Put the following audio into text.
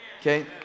Okay